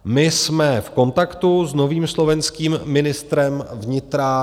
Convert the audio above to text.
My jsme v kontaktu s novým slovenským ministrem vnitra.